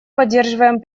поддерживаем